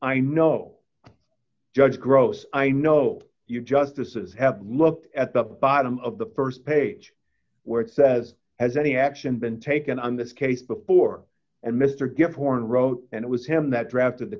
i know judge gross i know you justices have looked at the bottom of the st page where it says has any action been taken on this case before and mr different wrote and it was him that drafted the